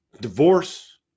divorce